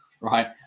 right